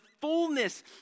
fullness